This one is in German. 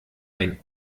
ein